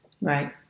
right